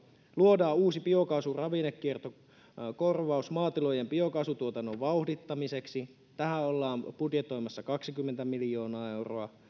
luodaan uusi biokaasun ravinnekiertokorvaus maatilojen biokaasutuotannon vauhdittamiseksi tähän ollaan budjetoimassa kaksikymmentä miljoonaa euroa